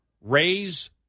raise